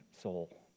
soul